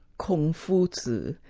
kong-fu-zi,